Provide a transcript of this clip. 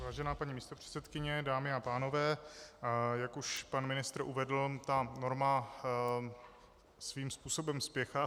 Vážená paní místopředsedkyně, dámy a pánové, jak už pan ministr uvedl, norma svým způsobem spěchá.